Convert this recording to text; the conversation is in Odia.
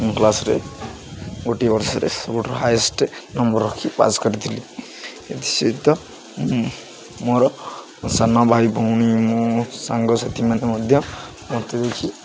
କ୍ଲାସ୍ରେ ଗୋଟିଏ ବର୍ଷରେ ସବୁଠାରୁ ହାଏଷ୍ଟେ ନମ୍ବର ରଖି ପାସ୍ କରିଥିଲି ଏଥି ସହିତ ମୁଁ ମୋର ସାନ ଭାଇ ଭଉଣୀ ମୋ ସାଙ୍ଗସାଥିମାନେ ମଧ୍ୟ ମୋତେ ଦେଖି